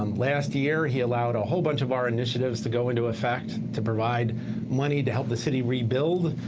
um last year he allowed a whole bunch of our initiatives to go into effect to provide money to help the city rebuild,